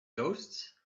ghosts